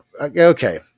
Okay